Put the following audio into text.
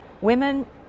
Women